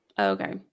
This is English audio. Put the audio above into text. Okay